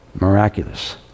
miraculous